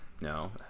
No